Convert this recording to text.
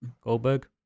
Goldberg